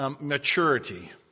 maturity